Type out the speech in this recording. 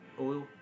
oil